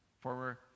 former